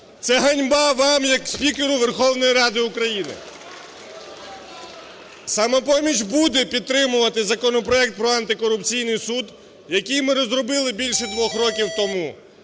Це ганьба вам як спікеру Верховної Ради України. "Самопоміч" буде підтримувати законопроект про антикорупційний суд, який ми розробили більше 2 років тому.